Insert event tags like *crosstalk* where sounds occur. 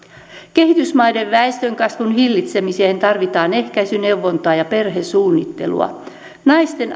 kehitysmaiden väestönkasvun hillitsemiseen tarvitaan ehkäisyneuvontaa ja perhesuunnittelua naisten *unintelligible*